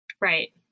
Right